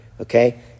okay